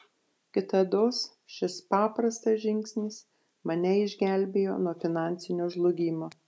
kitados šis paprastas žingsnis mane išgelbėjo nuo finansinio žlugimo